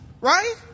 right